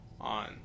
on